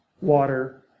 water